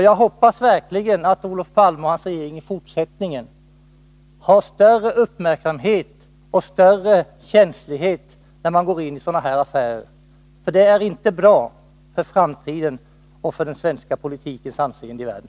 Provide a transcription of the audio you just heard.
Jag hoppas verkligen att Olof Palme och hans regering i fortsättningen har större uppmärksamhet och större känslighet när man går in i sådana här affärer, för de är inte bra för framtiden och för den svenska politikens anseende i världen.